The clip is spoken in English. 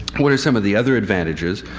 what are some of the other advantages?